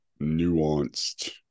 nuanced